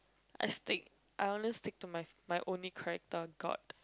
I stick I only stick to my my only character god